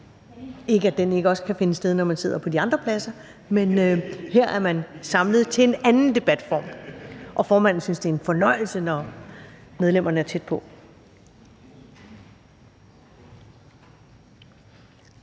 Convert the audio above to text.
ikke, fordi den ikke også kan finde sted, når man sidder på de andre pladser. Men her er man samlet til en anden debatform, og formanden synes, det er en fornøjelse, når medlemmerne er tæt på.